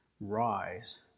rise